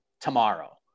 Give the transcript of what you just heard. tomorrow